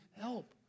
Help